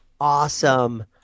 awesome